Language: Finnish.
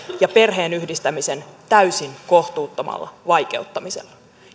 ja perheenyhdistämisen täysin kohtuuttomalla vaikeuttamisella